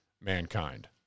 mankind